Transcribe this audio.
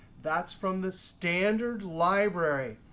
that's from the standard library.